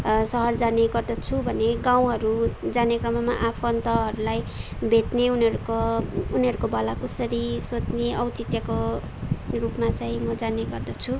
सहर जाने गर्दछु भने गाउँहरू जाने क्रममा आफन्तहरूलाई भेट्ने उनीहरूको भला कुसारी सोध्ने औचित्यको रूपमा चाहिँ म जाने गर्दछु